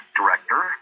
director